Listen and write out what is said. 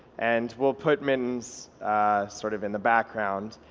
and we'll put mittens sort of in the background.